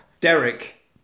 Derek